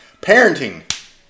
parenting